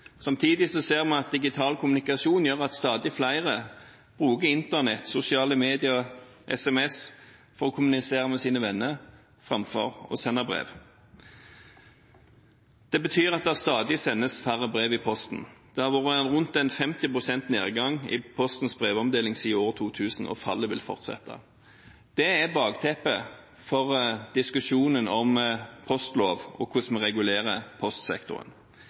Samtidig ser en at digital kommunikasjon gjør at stadig flere bruker Internett, sosiale medier og SMS for å kommunisere med sine venner framfor å sende brev. Det betyr at det stadig sendes færre brev i posten. Det har vært rundt 50 pst. nedgang i Postens brevomdeling siden år 2000, og nedgangen vil fortsette. Dette er bakteppet for diskusjonen om postloven og om hvordan vi regulerer postsektoren.